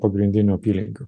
pagrindinių apylinkių